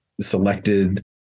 selected